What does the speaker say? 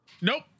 Nope